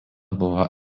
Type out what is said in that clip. buvo